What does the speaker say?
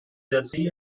jersey